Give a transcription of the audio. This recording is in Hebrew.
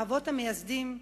האבות המייסדים,